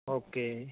okay